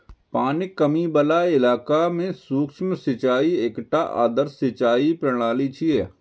पानिक कमी बला इलाका मे सूक्ष्म सिंचाई एकटा आदर्श सिंचाइ प्रणाली छियै